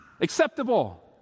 acceptable